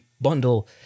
bundle